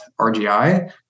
RGI